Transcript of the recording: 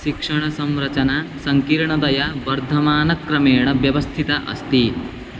शिक्षणसंरचना सङ्कीर्णतया वर्धमानक्रमेण व्यवस्थिता अस्ति